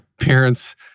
parents